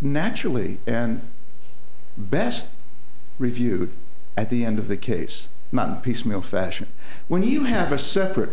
naturally and best reviewed at the end of the case piecemeal fashion when you have a separate